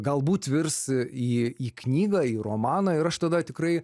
galbūt virs į į knygą į romaną ir aš tada tikrai